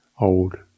old